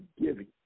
giving